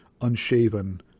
unshaven